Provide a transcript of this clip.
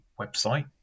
website